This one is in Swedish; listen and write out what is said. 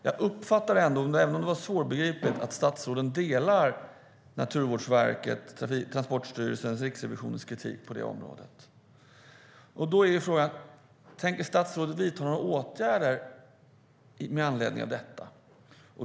Även om det var svårbegripligt uppfattar jag ändå att statsrådet delar Naturvårdsverkets, Transportstyrelsens och Riksrevisionens kritik på det området. Då är frågan: Tänker statsrådet vidta några åtgärder med anledning av detta?